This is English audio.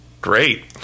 Great